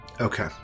Okay